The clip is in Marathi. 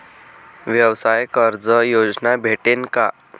व्यवसाय कर्ज योजना भेटेन का?